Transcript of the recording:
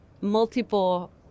multiple